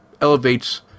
elevates